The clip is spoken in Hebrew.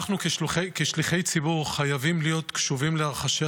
אנחנו כשליחי ציבור חייבים להיות קשובים לרחשי